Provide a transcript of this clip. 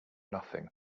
nothing